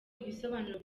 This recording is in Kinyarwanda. ibisobanuro